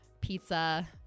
pizza